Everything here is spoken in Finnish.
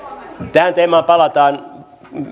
tähän teemaan palataan